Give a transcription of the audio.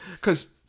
Cause